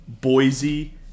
Boise